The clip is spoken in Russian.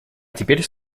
теперь